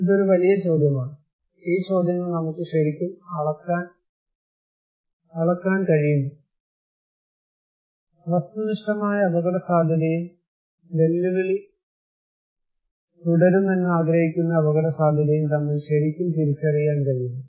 ഇത് ഒരു വലിയ ചോദ്യമാണ് ഈ ചോദ്യങ്ങൾ നമുക്ക് ശരിക്കും അളക്കാൻ കഴിയുമോ വസ്തുനിഷ്ഠമായ അപകടസാധ്യതയും വെല്ലുവിളി തുടരുമെന്ന് ആഗ്രഹിക്കുന്ന അപകടസാധ്യതയും തമ്മിൽ ശരിക്കും തിരിച്ചറിയാൻ കഴിയുമോ